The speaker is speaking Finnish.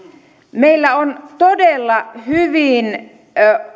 meillä on todella hyvin